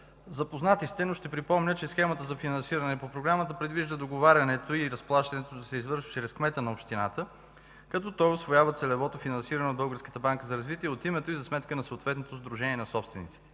Запознати сте, но ще припомня, че схемата за финансиране по Програмата предвижда договарянето и разплащането да се извършва чрез кмета на общината, като той усвоява целевото финансиране от Българската банка за развитие, от името и за сметка на съответното Сдружение на собствениците.